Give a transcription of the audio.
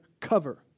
cover